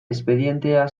espedientea